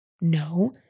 No